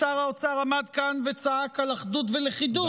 שר האוצר עמד כאן וצעק על אחדות ולכידות,